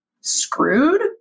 screwed